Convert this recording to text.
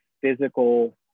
physical